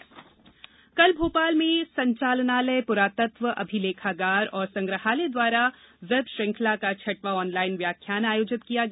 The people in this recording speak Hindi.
व्याख्यान कल भोपाल में संचालनालय प्रातत्व अभिलेखागार और संग्रहालय द्वारा बेव श्रृंखला का छंठवा आनलाइन व्याख्यान आयोजित किया गया